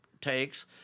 takes